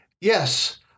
Yes